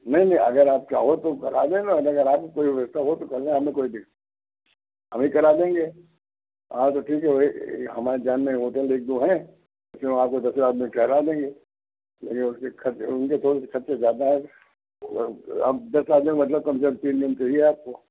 नहीं नहीं अगर आप चाहो तो कल आ जाना अगर आपकी कोई व्यवस्था हो तो कर लेना हमें कोई दि हमी करा देंगे हाँ तो ठीक है हमारे जान में होटल एक दो हैं जिसमें आपको दस हज़ार में ठहरा देंगे लेकिन उसके ख़र्चे उनके थोड़े से ख़र्चे ज़्यादा आएंगे आप दस आदमी हो मतलब कम से कम तीन रूम चाहिए आपको